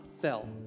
fell